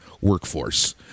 workforce